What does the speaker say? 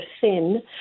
thin